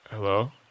Hello